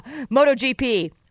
MotoGP